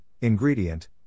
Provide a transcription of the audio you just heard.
ingredient